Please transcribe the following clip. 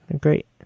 great